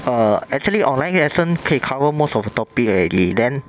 err actually online lesson 可以 cover most of the topic already then